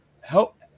help